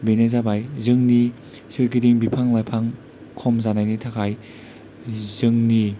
बेनो जाबाय जोंनि सोरगिदिं बिफां लाइफां खम जानायनि थाखाय जोंनि